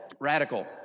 Radical